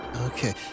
okay